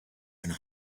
and